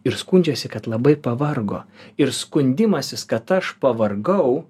ir skundžiasi kad labai pavargo ir skundimasis kad aš pavargau